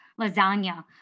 lasagna